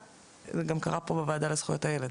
זה גם קרה פה בוועדה לזכויות הילד